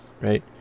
right